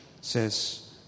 says